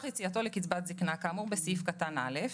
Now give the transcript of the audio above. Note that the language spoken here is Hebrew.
יציאתו לקצבת זקנה כאמור בסעיף קטן (א)"